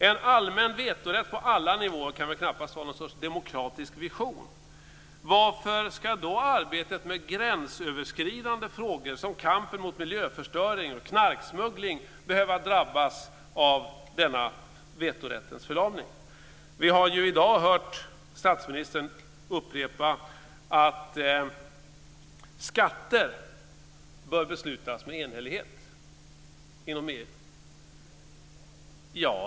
En allmän vetorätt på alla nivåer kan väl knappast vara någon sorts demokratisk vision. Varför ska då arbetet med gränsöverskridande frågor, som kampen mot miljöförstöring och knarksmuggling, behöva drabbas av denna vetorättens förlamning? Vi har i dag hört statsministern upprepa att skatter bör beslutas med enhällighet inom EU.